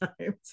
times